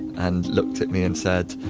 and looked at me and said